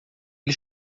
ele